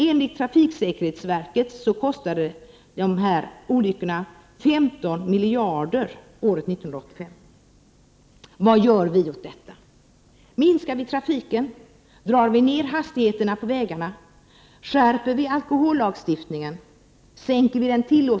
Enligt trafiksäkerhetsverket kostade dessa olyckor 15 miljarder året 1985.